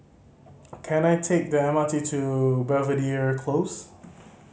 can I take the M R T to Belvedere Close